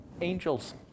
angels